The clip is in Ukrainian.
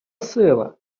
сила